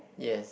yes